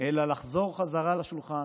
אלא לחזור חזרה לשולחן,